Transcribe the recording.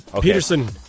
Peterson